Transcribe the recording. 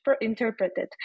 interpreted